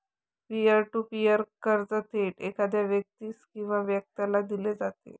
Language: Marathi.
पियर टू पीअर कर्ज थेट एखाद्या व्यक्तीस किंवा व्यवसायाला दिले जाते